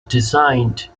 designed